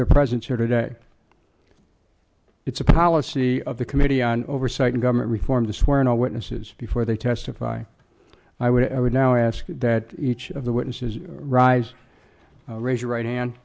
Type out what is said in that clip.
their presence here today it's a policy of the committee on oversight and government reform to swear in all witnesses before they testify i would i would now ask that each of the witnesses rise raise your right hand